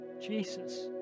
Jesus